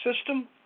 system